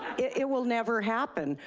it will never happen.